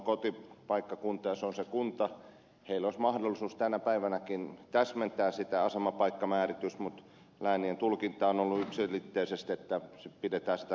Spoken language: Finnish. niillä olisi mahdollisuus tänä päivänäkin täsmentää sitä asemapaikkamääritystä mutta läänien tulkinta on ollut yksiselitteisesti että pidetään siinä se kotikunta